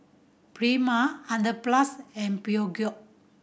Prima Hundred Plus and Peugeot